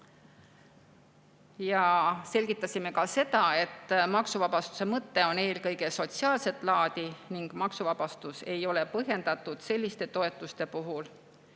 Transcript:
Selgitasime ka, et maksuvabastuse mõte on eelkõige sotsiaalset laadi. Maksuvabastus ei ole põhjendatud selliste toetuste puhul,